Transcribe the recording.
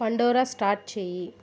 Pandora start చెయ్యి